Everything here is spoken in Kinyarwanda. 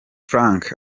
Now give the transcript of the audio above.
frank